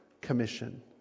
commission